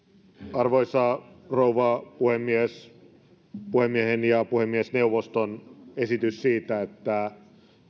arvoisa rouva puhemies puhemiehen ja puhemiesneuvoston esitys siitä että